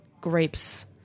grapes